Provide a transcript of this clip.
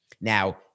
Now